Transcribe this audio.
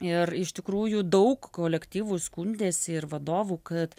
ir iš tikrųjų daug kolektyvų skundėsi ir vadovų kad